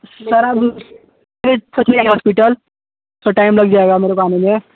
sir अब ले सकेंगे हॉस्पिटल थोड़ा टाइम लग जाएगा मेरे को आने में